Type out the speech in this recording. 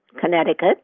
Connecticut